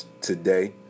today